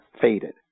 faded